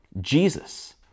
Jesus